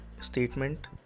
statement